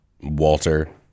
Walter